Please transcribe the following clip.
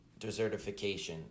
desertification